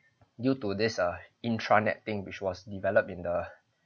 due to this ah intranet thing which was developed in the